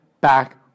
back